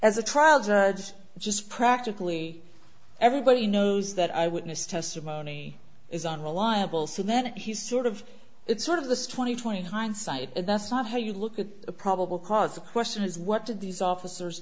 as a trial judge just practically everybody knows that i witness testimony is unreliable so that he's sort of it's sort of the strain of twenty hindsight and that's not how you look at a probable cause the question is what did these officers